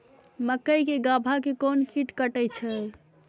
मक्के के गाभा के कोन कीट कटे छे?